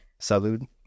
Salud